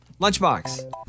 Lunchbox